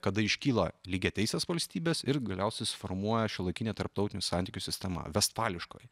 kada iškyla lygiateisės valstybės ir galiausiai susiformuoja šiuolaikinė tarptautinių santykių sistema vestfališkoji